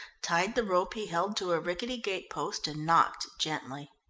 tied the rope he held to a rickety gate post, and knocked gently.